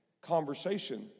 conversation